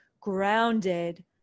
grounded